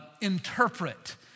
Interpret